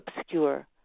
obscure